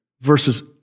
versus